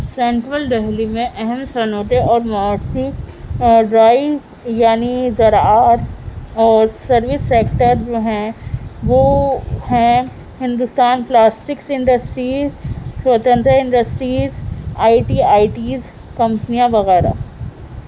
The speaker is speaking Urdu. سینٹرل دہلی میں اہم صنعتیں اور معاشی زرعی یعنی زراعت اور سروس سکٹر جو ہیں وہ ہیں Hindustan Plastics Industries Swatantra Industries I T ITES کمپنیاں وغیرہ